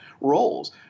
roles